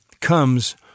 comes